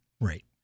Right